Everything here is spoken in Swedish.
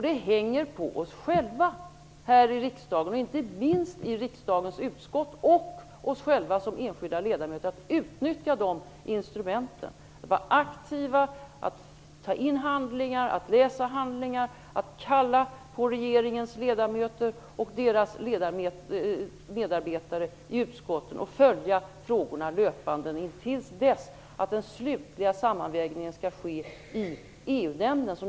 Det hänger på oss själva här i riksdagen, inte minst på riksdagens utskott och på oss själva som enskilda ledamöter, att utnyttja de instrumenten. Vi måste vara aktiva, ta in handlingar, läsa handlingar, kalla på regeringens ledamöter och deras medarbetare i utskotten samt följa frågorna löpande intill dess att den slutliga sammanvägningen skall ske i EU nämnden.